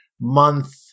month